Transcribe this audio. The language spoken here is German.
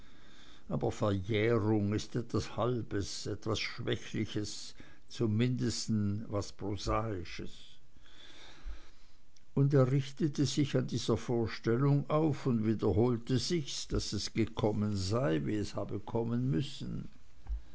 aber verjährung ist etwas halbes etwas schwächliches zum mindesten was prosaisches und er richtete sich an dieser vorstellung auf und wiederholte sich's daß es gekommen sei wie's habe kommen müssen